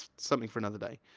something for another day.